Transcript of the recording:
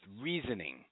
reasoning